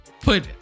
put